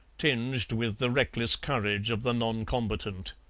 tinged with the reckless courage of the non-combatant.